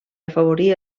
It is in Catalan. afavorir